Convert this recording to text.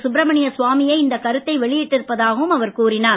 சுப்ரமணிய சுவாமியே இந்த கருத்தை வெளியிட்டிருப்பதாகவும் அவர் கூறினார்